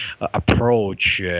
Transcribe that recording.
approach